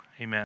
amen